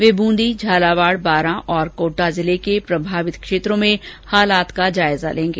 वे ब्रंदी झालावाड बांरा और कोटा जिले के प्रभावित क्षेत्रों में हालात का जायजा लेंगे